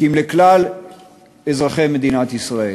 כי אם לכלל אזרחי מדינת ישראל.